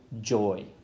joy